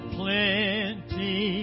plenty